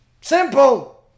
simple